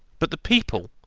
but the people,